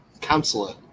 Counselor